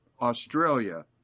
Australia